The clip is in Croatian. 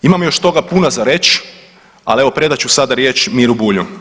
Imam još toga puno za reć, al evo predat ću sada riječ Miru Bulju.